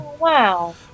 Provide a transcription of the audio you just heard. wow